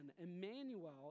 Emmanuel